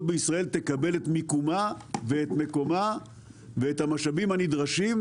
בישראל תקבל את מיקומה ואת מקומה ואת המשאבים הנדרשים,